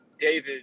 david